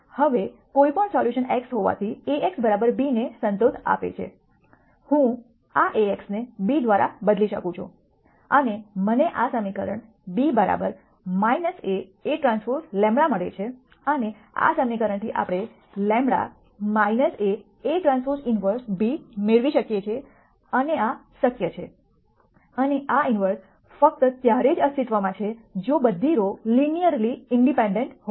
હવે કોઈ પણ સોલ્યુશન x હોવાથી A x b ને સંતોષ આપે છે હું આ A x ને b દ્વારા બદલી શકું છું અને મને આ સમીકરણ b A Aᵀ λ મળે છે અને આ સમીકરણથી આપણે λ A Aᵀ ઇન્વર્સ b મેળવી શકીએ છીએ અને આ શક્ય છે અને આ ઇન્વર્સ ફક્ત ત્યારે જ અસ્તિત્વમાં છે જો બધી રો લિનયરલી ઇન્ડિપેન્ડન્ટ હોય